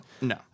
no